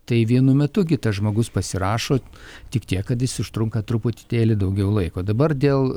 tai vienu metu kitas žmogus pasirašot tik tiek kad jis užtrunka truputėlį daugiau laiko dabar dėl